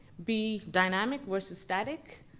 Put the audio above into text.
be dynamic versus static,